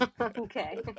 Okay